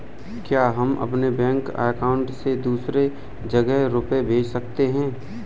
क्या हम अपने बैंक अकाउंट से दूसरी जगह रुपये भेज सकते हैं?